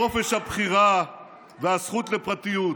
חופש הבחירה והזכות לפרטיות?